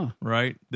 right